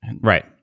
right